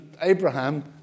Abraham